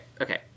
okay